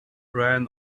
ran